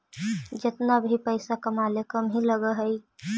जेतना भी पइसा कमाले कम ही लग हई